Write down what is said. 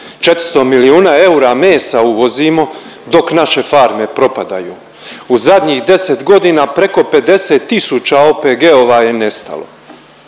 400 milijuna eura mesa uvozimo dok naše farme propadaju. U zadnjih 10.g. preko 50 tisuća OPG-ova je nestalo,